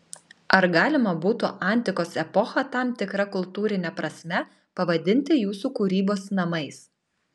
ar galima būtų antikos epochą tam tikra kultūrine prasme pavadinti jūsų kūrybos namais